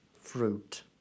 fruit